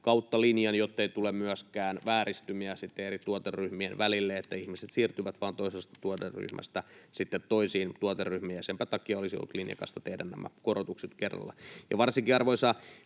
kautta linjan, jottei tule myöskään vääristymiä sitten eri tuoteryhmien välille niin, että ihmiset siirtyvät vain toisesta tuoteryhmästä sitten toisiin tuoteryhmiin. Senpä takia olisi ollut linjakasta tehdä nämä korotukset kerralla. Varsinkin, arvoisa